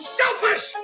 selfish